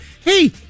hey